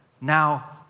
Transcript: now